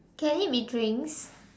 can it be drinks